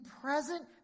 present